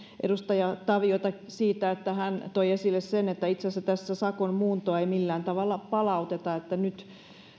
edustaja taviota siitä että hän toi esille sen että itse asiassa tässä sakon muuntoa ei millään tavalla palauteta että nyt